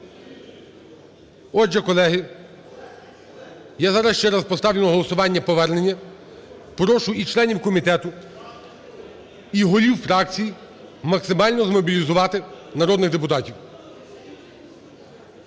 Отже, колеги, я зараз ще поставлю на голосування повернення. Прошу і членів комітету, і голів фракцій максимально змобілізувати народних депутатів.